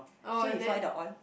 so you fry the oil